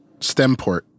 Stemport